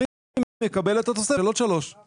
אומרים שהוא יקבל את התוספת של עוד שלוש,